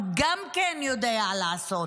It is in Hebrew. את זה הוא גם כן יודע לעשות,